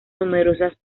numerosas